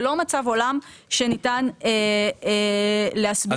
זה לא מצב עולם שניתן להסביר אותו.